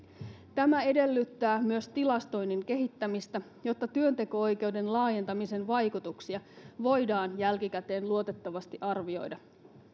tämä edellyttää myös tilastoinnin kehittämistä jotta työnteko oikeuden laajentamisen vaikutuksia voidaan jälkikäteen luotettavasti arvioida